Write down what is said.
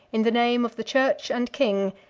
in the name of the church and king,